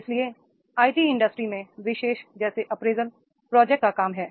इसलिए IT industries में विशेष जैसे अप्रेजल प्रोजेक्ट का काम है